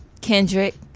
Kendrick